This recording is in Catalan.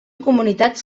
comunitats